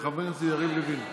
חבר הכנסת יריב לוין.